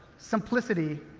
simplicity,